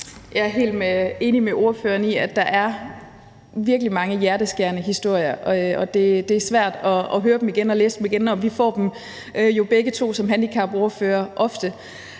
Jeg er helt enig med ordføreren i, at der virkelig er mange hjerteskærende historier. Det er svært at høre dem igen og læse om dem igen, og vi får dem jo begge to som handicapordførere ofte.